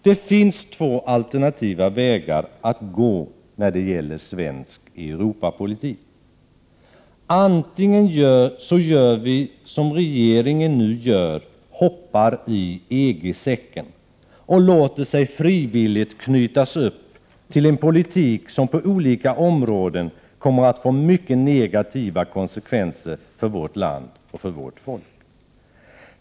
Det finns två alternativa vägar att gå när det gäller svensk Europapolitik. Antingen gör vi, som regeringen nu gör, hoppar i EG-säcken och låter oss frivilligt knytas upp till en politik som på olika områden kommer att få mycket negativa konsekvenser för vårt land och för vårt folk.